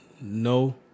no